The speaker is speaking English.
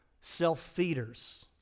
self-feeders